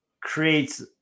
creates